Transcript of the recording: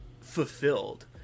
fulfilled